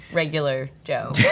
regular joe.